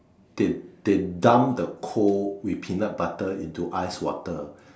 they they dump the coal with peanut butter into ice water